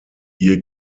ihr